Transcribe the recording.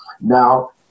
now